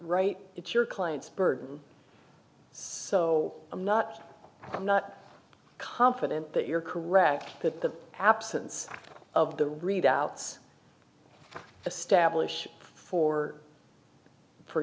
right it's your client's burden so i'm not i'm not confident that you're correct that the absence of the readout